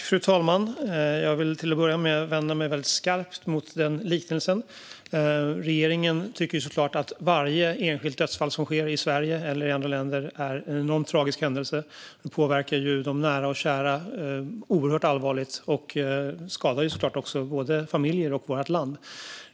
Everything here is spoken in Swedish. Fru talman! Jag vill till att börja med vända mig väldigt skarpt mot den liknelsen. Regeringen tycker såklart att varje enskilt dödsfall som sker i Sverige eller i ett annat land är en enormt tragisk händelse som påverkar de nära och kära oerhört allvarligt och såklart också skadar både familj och land.